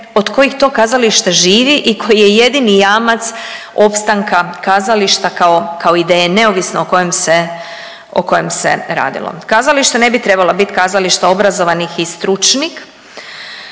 od kojih to kazalište živi i koji je jedini jamac opstanka kazališta kao ideje neovisno o kojem se radilo. Kazalište ne bi trebalo biti kazalište obrazovanih i stručnih,